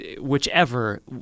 whichever